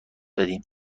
دادیم